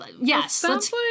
yes